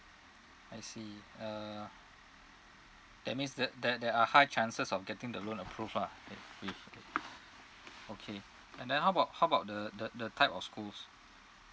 I see uh that means that there there are high chances of getting the loan approved lah for me okay and then how about how about the the the type of schools